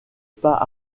pas